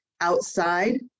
outside